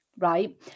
Right